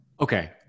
Okay